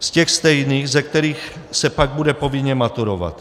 Z těch stejných, ze kterých se pak bude povinně maturovat.